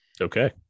Okay